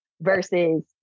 versus